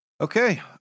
Okay